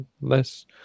less